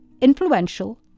influential